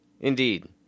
Indeed